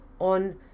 on